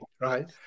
right